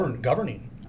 governing